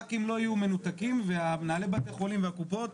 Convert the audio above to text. שחברי הכנסת לא יהיו מנותקים ומנהלי בתי החולים והקופות,